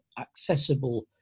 accessible